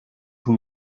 who